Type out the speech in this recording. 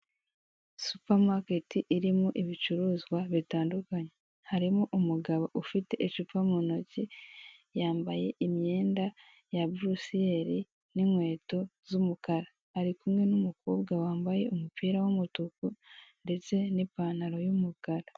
Umukozi ukorera sosiyete yitwa vuba vuba, ari kugeza ku muguzi ibicuruzwa yashakaga kandi urabonako bishimye bombi , yaryohewe na serivise yahawe nziza kandi ikeye.